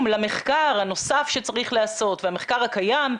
למחקר הנוסף שצריך לעשות והמחקר הקיים,